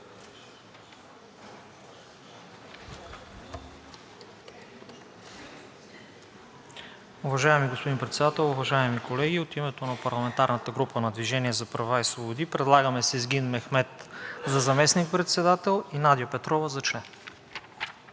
Уважаеми господин Председател, уважаеми колеги! От името на парламентарната група на „Движение за права и свободи“ предлагаме Сезгин Мехмед за заместник-председател и Надя Петрова за член.